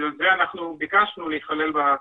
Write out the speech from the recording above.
בגלל זה ביקשנו להיכלל בתוספת,